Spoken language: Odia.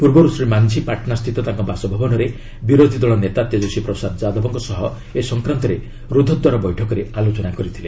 ପୂର୍ବରୁ ଶ୍ରୀ ମାନ୍ଝୀ ପାଟନାସ୍ଥିତ ତାଙ୍କ ବାସଭବନରେ ବିରୋଧୀଦଳ ନେତା ତେଜସ୍ୱୀ ପ୍ରସାଦ ଯାଦବଙ୍କ ସହ ଏ ସଂକ୍ରାନ୍ତରେ ରୁଦ୍ଧଦ୍ୱାର ବୈଠକରେ ଆଲୋଚନା କରିଥିଲେ